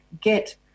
get